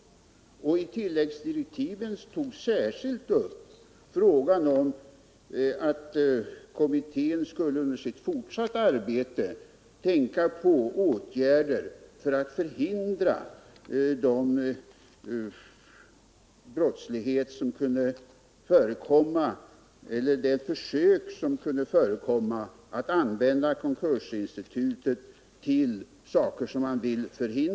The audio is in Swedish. I tilläggsdirektiven togs särskilt upp att kommittén under sitt fortsatta arbete skall överväga åtgärder för att förhindra de försök som kan förekomma att använda konkursinstitutet på ett icke önskvärt sätt.